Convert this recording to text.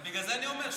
בגלל זה אני אומר.